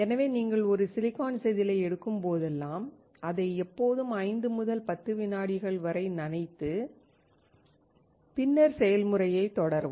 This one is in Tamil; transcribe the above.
எனவே நீங்கள் ஒரு சிலிக்கான் செதிலை எடுக்கும் போதெல்லாம் அதை எப்போதும் 5 முதல் 10 வினாடிகள் வரை நனைத்து பின்னர் செயல்முறையைத் தொடரவும்